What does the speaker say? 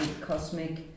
cosmic